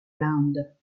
l’inde